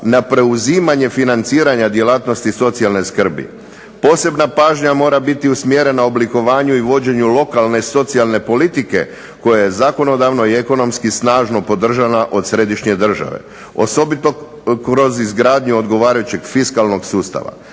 na preuzimanje financiranja djelatnosti socijalne skrbi. Posebna pažnja mora biti usmjerena oblikovanju i vođenju lokalne socijalne politike, koja je zakonodavno i ekonomski snažno podržana od središnje države, osobito kroz izgradnju odgovarajućeg fiskalnog sustava.